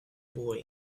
boy